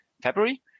February